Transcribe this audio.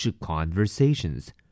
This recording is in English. Conversations